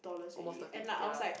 almost thirty ya